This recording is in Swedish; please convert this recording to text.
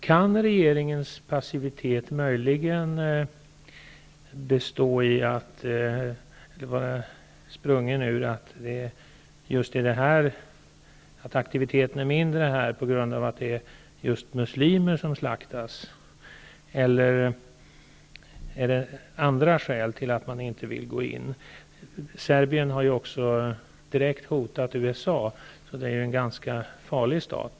Kan regeringens passivitet möjligen vara sprungen ur att det just är muslimer som slaktas, eller finns det andra skäl till att man inte vill gå in? Serbien har ju också direkt hotat USA. Det är en ganska farlig stat.